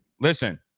listen